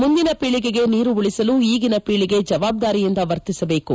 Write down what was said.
ಮುಂದಿನ ಪೀಳಿಗೆಗೆ ನೀರು ಉಳಿಸಲು ಈಗಿನ ಪೀಳಿಗೆ ಜವಾಬ್ದಾರಿಯಿಂದ ವರ್ತಿಸಬೇಕು